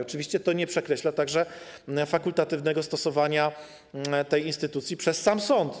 Oczywiście to nie przekreśla także fakultatywnego stosowania tej instytucji przez sam sąd.